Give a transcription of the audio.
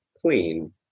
clean